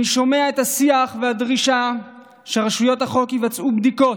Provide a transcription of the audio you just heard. אני שומע את השיח והדרישה שרשויות החוק יבצעו בדיקות,